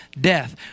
death